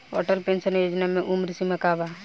Atal pension योजना मे उम्र सीमा का बा?